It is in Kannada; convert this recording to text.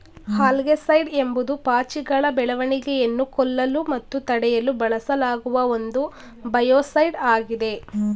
ಆಲ್ಗೆಸೈಡ್ ಎಂಬುದು ಪಾಚಿಗಳ ಬೆಳವಣಿಗೆಯನ್ನು ಕೊಲ್ಲಲು ಮತ್ತು ತಡೆಯಲು ಬಳಸಲಾಗುವ ಒಂದು ಬಯೋಸೈಡ್ ಆಗಿದೆ